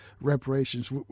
reparations